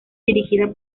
dirigida